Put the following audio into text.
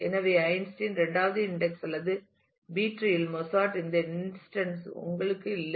எனவே ஐன்ஸ்டீனின் இரண்டாவது இன்ஸ்டன்ஸ் அல்லது பி டிரீஇல் மொஸார்ட்டின் இந்த இன்ஸ்டன்ஸ் உங்களிடம் இல்லை